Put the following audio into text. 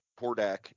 Pordak